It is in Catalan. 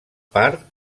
part